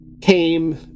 came